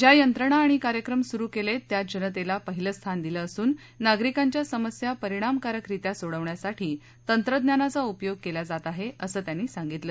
ज्या यंत्रणा आणि कार्यक्रम सुरु केलेत त्यात जनतेला पहिलं स्थान दिलं असून नागरिकांच्या समस्या परिणामकारकरित्या सोडवण्यासाठी तंत्रज्ञानाचा उपयोग केला जात आहे असं त्यांनी सांगितलं